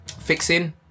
Fixing